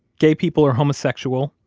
gay people are homosexual,